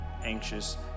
anxious